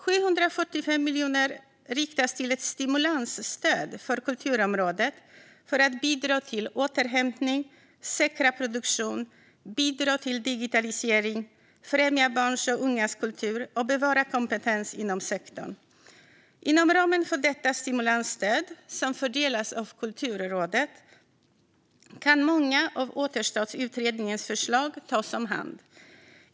775 miljoner riktas till ett stimulansstöd för kulturområdet för att bidra till återhämtning, säkra produktion, bidra till digitalisering, främja barns och ungas kultur och bevara kompetens inom sektorn. Inom ramen för detta stimulansstöd, som fördelas av Kulturrådet, kan många av Återstartsutredningens förslag tas om hand.